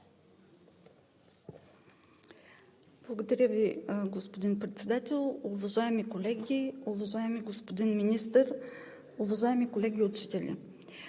Благодаря Ви, господин Председател. Уважаеми колеги, уважаеми господин Министър, уважаеми колеги учители!